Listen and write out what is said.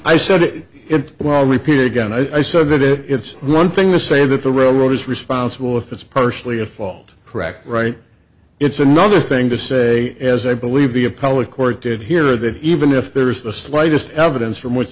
him well repeat again i said that it it's one thing to say that the railroad is responsible if it's partially a fault correct right it's another thing to say as i believe the appellate court did here that even if there is the slightest evidence from wh